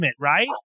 right